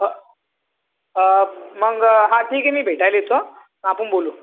ह मग हा ठीक आहे मी भेटायला येतो आपण बोलू